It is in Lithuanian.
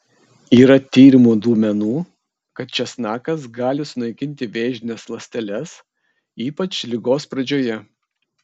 yra tyrimų duomenų kad česnakas gali sunaikinti vėžines ląsteles ypač ligos pradžioje